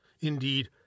Indeed